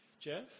Jeff